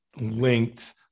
linked